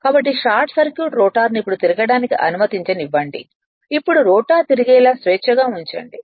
కాబట్టి short circuit రోటర్ను ఇప్పుడు తిరగడానికి అనుమతించనివ్వండి ఇప్పుడు రోటర్ తిరిగేలా స్వేచ్ఛగా ఉంచండి